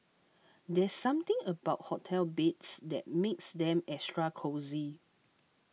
there's something about hotel beds that makes them extra cosy